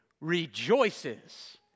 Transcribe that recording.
rejoices